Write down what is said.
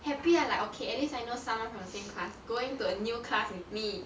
happy ah like okay at least I know someone from the same class going to a new class with me